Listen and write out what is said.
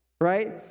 right